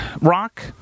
rock